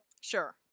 Sure